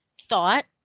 thought